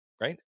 Right